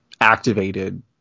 activated